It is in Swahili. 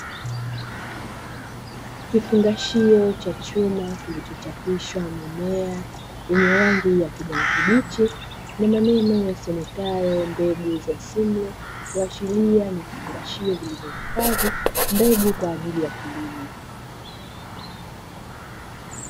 Kifungashio cha chuma kilichochapishwa maneno mimea yenye rangi ya kijani kibichi na maneno yasomekayo "mbegu ya simlo". Kuashiria ni vifungashio vilivyohifadhi mbegu kwa ajili kilimo.